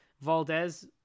Valdez